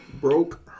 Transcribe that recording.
broke